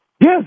Yes